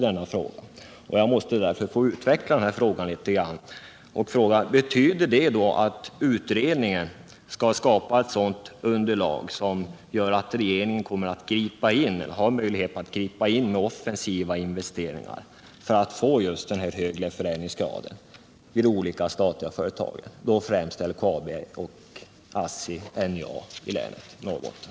Jag måste därför få utveckla problemet litet och fråga: Betyder det att utredningen skall skapa ett sådant underlag att regeringen kommer att gripa in med offensiva investeringar för att få just den här högre förädlingsgraden vid de olika statliga företagen, då främst LKAB, ASSI och NJA i Norrbotten?